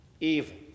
evil